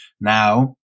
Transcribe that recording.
Now